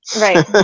right